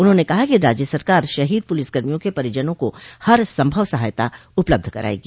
उन्होंने कहा कि राज्य सरकार शहीद पुलिसकर्मियों के परिजनों को हर संभव सहायता उपलब्ध करायेगी